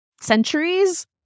centuries